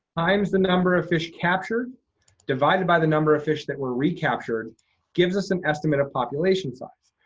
times the number of fish captured divided by the number of fish that were recaptured gives us an estimate of population size.